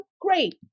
Great